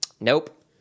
Nope